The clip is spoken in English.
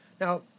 Now